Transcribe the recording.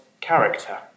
character